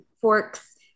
Forks